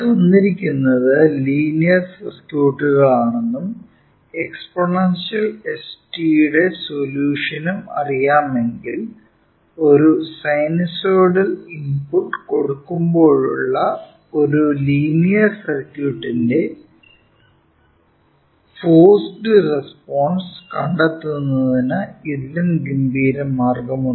തന്നിരിക്കുന്നത് ലീനിയർ സർക്യൂട്ടുകളാണെന്നും exponential st യുടെ സൊല്യൂഷനും അറിയാമെങ്കിൽ ഒരു സൈനസോയ്ഡൽ ഇൻപുട്ട് കൊടുക്കുമ്പോഴുള്ള ഒരു ലീനിയർ സർക്യൂട്ടിന്റെ ഫോർസ്ഡ് റെസ്പോൺസ് കണ്ടെത്തുന്നതിന് ഇതിലും ഗംഭീര മാർഗ്ഗമുണ്ട്